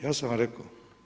Ja sam vam rekao.